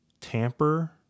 tamper